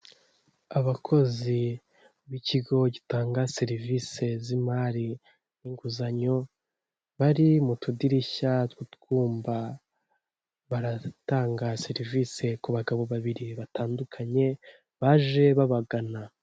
Abakozi b'ikigo gitanga serivisi z'imari n'inguzanyo, bari mu tudirishya tw'utwumba, baratanga serivisi ku bagabo babiri batandukanye baje babagana.